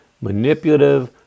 manipulative